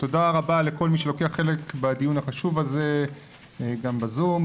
ותודה רבה לכל מי שלוקח חלק בדיון החשוב הזה גם בזום.